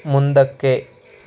ಮುಂದಕ್ಕೆ